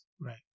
Right